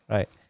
Right